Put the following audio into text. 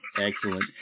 Excellent